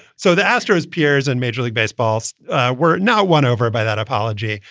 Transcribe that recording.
so the astros pitchers and major league baseball's were now won over by that apology.